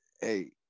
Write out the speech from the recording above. hey